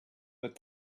but